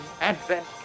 advent